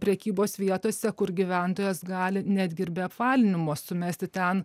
prekybos vietose kur gyventojas gali netgi ir be apvalinimo sumesti ten